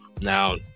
Now